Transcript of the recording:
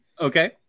Okay